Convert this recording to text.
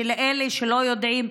לאלה שלא יודעים,